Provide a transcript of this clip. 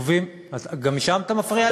גם משם אתה מפריע לי?